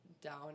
down